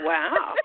Wow